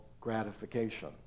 gratification